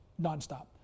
nonstop